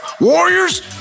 Warriors